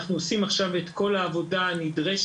אנחנו עושים עכשיו את כל העבודה הנדרשת